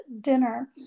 dinner